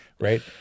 Right